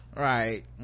right